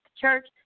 church